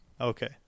Okay